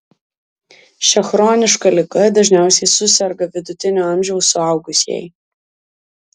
šia chroniška liga dažniausiai suserga vidutinio amžiaus suaugusieji